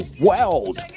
world